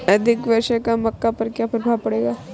अधिक वर्षा का मक्का पर क्या प्रभाव पड़ेगा?